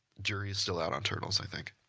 jury's still out on turtles, i think.